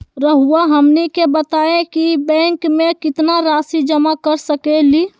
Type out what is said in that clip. रहुआ हमनी के बताएं कि बैंक में कितना रासि जमा कर सके ली?